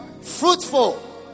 fruitful